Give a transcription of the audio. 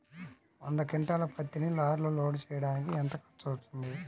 వంద క్వింటాళ్ల పత్తిని లారీలో లోడ్ చేయడానికి ఎంత ఖర్చవుతుంది?